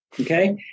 Okay